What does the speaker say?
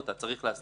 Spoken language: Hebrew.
יש להסדיר אותה,